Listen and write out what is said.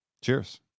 Cheers